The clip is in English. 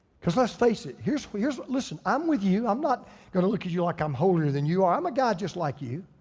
cause let's face it, here's, listen. i'm with you, i'm not gonna look at you like i'm holier than you, i'm a guy just like you.